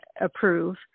approve